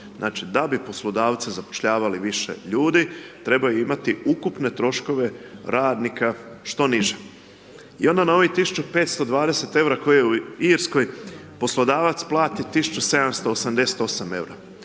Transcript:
Znači da bi poslodavci zapošljavali više ljudi, trebaju imati ukupne troškove radnika što niže. I onda na ovih 1520 eura koje je u Irskoj, poslodavac plati 1788 eura.